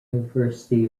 university